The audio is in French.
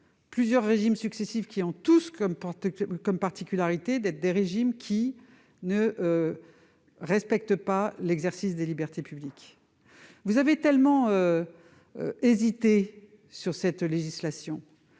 plusieurs régimes successifs qui ont tous la particularité de ne pas respecter l'exercice des libertés publiques. Vous avez tellement hésité sur cette législation